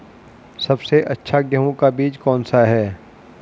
सबसे अच्छा गेहूँ का बीज कौन सा है?